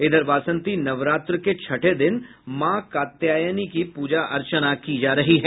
इधर वासंती नवरात्र के छठे दिन मां कात्यायनी की पूजा अर्चना की जा रही है